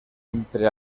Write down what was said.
entre